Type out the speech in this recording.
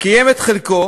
קיים את חלקו